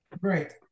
Great